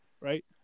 right